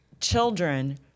children